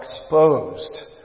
exposed